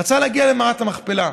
רצה להגיע למערת המכפלה.